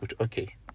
okay